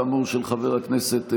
של חבר הכנסת ביטון.